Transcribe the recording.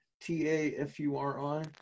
T-A-F-U-R-I